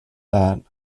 that